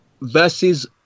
Versus